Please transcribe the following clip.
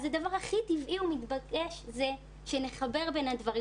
אז הדבר הכי טבעי ומתבקש זה שנחבר בין הדברים.